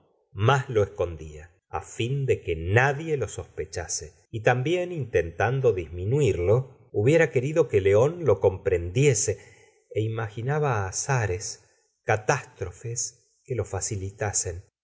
más lo escondía fin de que nadie lo sospechase y también intentando disminuirlo hubiera querido que la señora de botary león lo comprendiese é imaginaba azares catástrofes que lo facilitasen qué